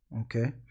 okay